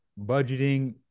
budgeting